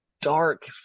dark